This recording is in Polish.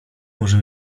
może